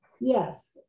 Yes